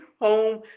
home